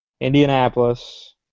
Indianapolis